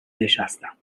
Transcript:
نشستم